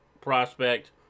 prospect